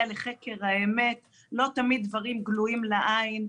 לחקר האמת לא תמיד דברים גלויים לעין.